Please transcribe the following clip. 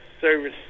service